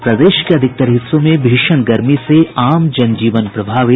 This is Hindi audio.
और प्रदेश के अधिकतर हिस्सों में भीषण गर्मी से आम जनजीवन प्रभावित